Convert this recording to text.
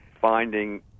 finding